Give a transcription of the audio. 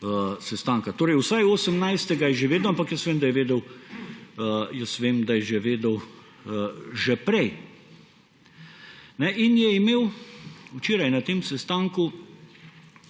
sestanka? Torej vsaj 18. je že vedel, ampak jaz vem, da je že vedel že prej; in je imel včeraj na tem sestanku